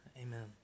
Amen